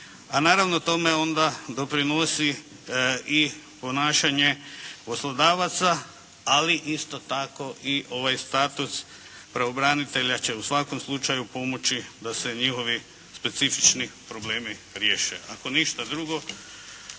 a naravno tome onda doprinosi i ponašanje poslodavaca, ali isto tako i ovaj status pravobranitelja će u svakom slučaju pomoći da se njihovi specifični problemi riješe. Ako ništa drugo,